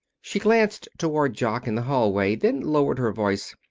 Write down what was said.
she glanced toward jock in the hallway, then lowered her voice.